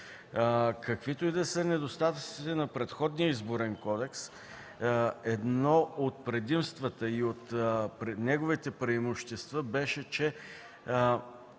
Каквито и да са недостатъците на предходния Изборен кодекс, едно от предимствата, от неговите преимущества беше, че